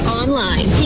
online